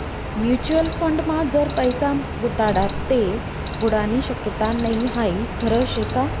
Mutual फंडमा जर पैसा गुताडात ते बुडानी शक्यता नै हाई खरं शेका?